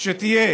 שתהיה